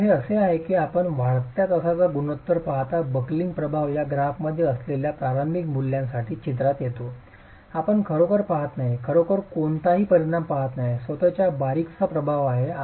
तर हे असे आहे की आपण वाढत्या तासाचा गुणोत्तर पाहता बकलिंगचा प्रभाव या ग्राफमध्ये असलेल्या प्रारंभिक मूल्यांसाठी चित्रात येतो आपण खरोखर पहात नाही खरोखर कोणताही परिणाम पाहत नाही स्वत चा बारीकसा प्रभाव आहे